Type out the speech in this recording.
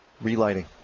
Relighting